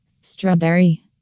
Strawberry